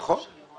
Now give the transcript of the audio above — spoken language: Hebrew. נכון.